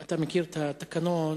אתה מכיר את התקנון.